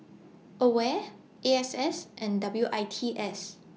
AWARE E X S and W I T S